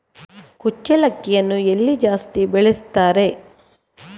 ಕುಚ್ಚಲಕ್ಕಿಯನ್ನು ಎಲ್ಲಿ ಜಾಸ್ತಿ ಬೆಳೆಸ್ತಾರೆ?